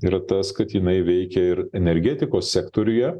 yra tas kad jinai veikia ir energetikos sektoriuje